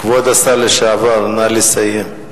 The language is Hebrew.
כבוד השר לשעבר, נא לסיים.